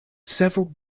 several